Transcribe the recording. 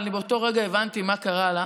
אבל באותו רגע הבנתי מה קרה לה.